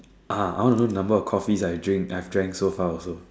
number of coffees I've drank so far also